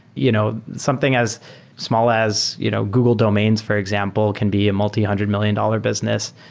you know something as small as you know google domains, for example, can be a multi-hundred million dollar business,